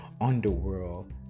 underworld